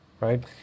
right